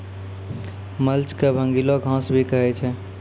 mulch क भींगलो घास भी कहै छै